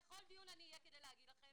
בכל דיון אני אהיה כדי להגיד לכם,